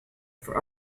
for